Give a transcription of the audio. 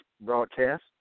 broadcast